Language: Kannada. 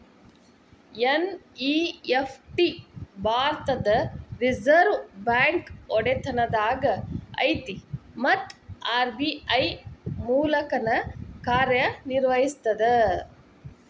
ಎನ್.ಇ.ಎಫ್.ಟಿ ಭಾರತದ್ ರಿಸರ್ವ್ ಬ್ಯಾಂಕ್ ಒಡೆತನದಾಗ ಐತಿ ಮತ್ತ ಆರ್.ಬಿ.ಐ ಮೂಲಕನ ಕಾರ್ಯನಿರ್ವಹಿಸ್ತದ